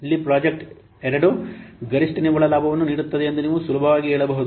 ಇಲ್ಲಿ ಪ್ರಾಜೆಕ್ಟ್ 2 ಗರಿಷ್ಠ ನಿವ್ವಳ ಲಾಭವನ್ನು ನೀಡುತ್ತದೆ ಎಂದು ನೀವು ಸುಲಭವಾಗಿ ಹೇಳಬಹುದು